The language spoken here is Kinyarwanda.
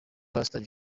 pastor